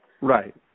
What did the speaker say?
right